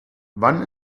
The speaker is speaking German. wann